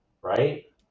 right